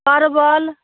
परवल